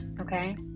okay